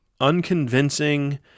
unconvincing